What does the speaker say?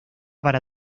para